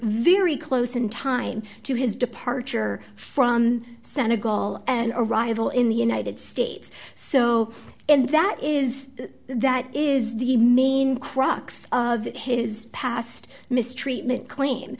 very close in time to his departure from senegal and arrival in the united states so and that is that is the main crux of his past mistreatment cl